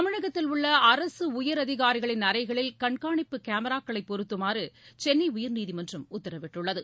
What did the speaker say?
தமிழகத்தில் உள்ள அரசு உயர் அஅதிகாரிகளின் அறைகளில் கண்காணிப்பு கேமராக்களை பொருத்துமாறு சென்னை உயர்நீதிமன்றம் உத்தரவிட்டுள்ளது